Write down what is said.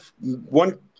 one